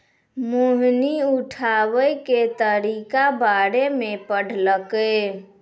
मोहिनी उठाबै के तरीका बारे मे पढ़लकै